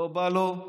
לא בא לו.